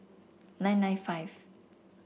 nine nine five